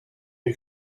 who